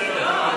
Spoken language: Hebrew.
מספיק.